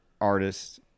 artist